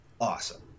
Awesome